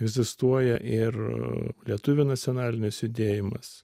egzistuoja ir lietuvių nacionalinis judėjimas